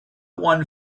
one